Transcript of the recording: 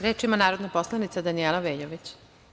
Reč ima narodna poslanica Danijela Veljović.